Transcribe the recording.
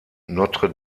notre